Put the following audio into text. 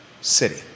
city